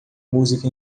música